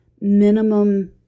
minimum